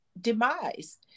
demise